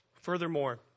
Furthermore